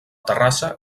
terrassa